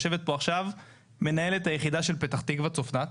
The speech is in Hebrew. יושבת פה מנהלת היחידה של פתח תקוה, צפנת,